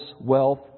wealth